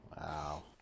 Wow